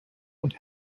und